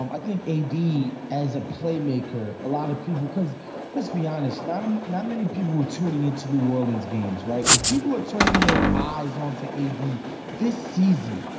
um i think a d as a playmaker. a lot of people because let's be honest, not him. not many people were tuning into new orleans games. right. people are turning their eyes onto a d this season.